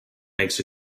makes